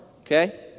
Okay